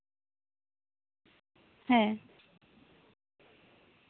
ᱦᱮᱸ